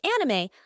anime